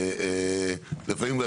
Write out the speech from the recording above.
לפעמים,